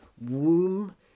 Womb